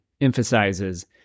emphasizes